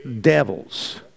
devils